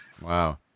Wow